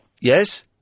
Yes